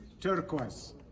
turquoise